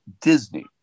Disney